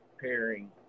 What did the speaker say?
pairing